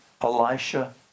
Elisha